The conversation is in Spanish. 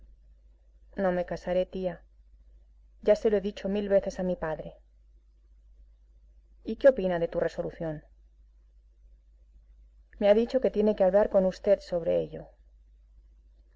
no me casaré tía ya se lo he dicho mil veces a mi padre y qué opina de tu resolución me ha dicho que tiene que hablar con v sobre ello